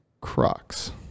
crocs